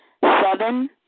Seven